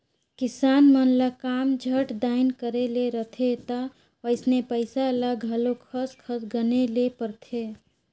किसान मन ल काम झट दाएन करे ले रहथे ता वइसने पइसा ल घलो खस खस गने ले परथे